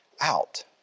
out